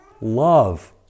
love